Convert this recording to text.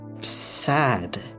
sad